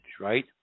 Right